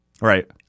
Right